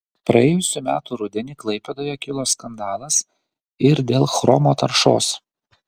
praėjusių metų rudenį klaipėdoje kilo skandalas ir dėl chromo taršos